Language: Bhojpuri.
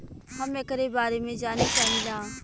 हम एकरे बारे मे जाने चाहीला?